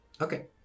okay